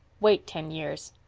wait ten years.